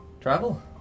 travel